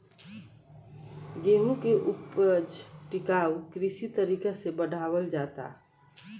गेंहू के ऊपज टिकाऊ कृषि तरीका से बढ़ावल जाता